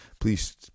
please